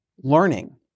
learning